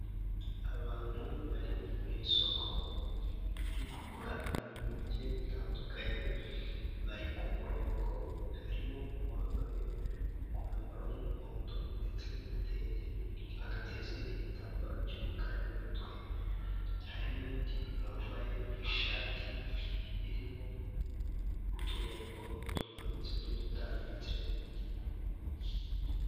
Abantu bari mu isoko bari kugura ibintu bigiye bitandukanye, bari ku murongo harimo uwambaye umwambaro w'umuhondo, ndetse n'igitenge anateze igitambaro cy'umukara mu mutwe hari n'undi wambaye ishati irimo uturongo tumanutse n'udutambitse.